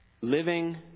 living